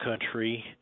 country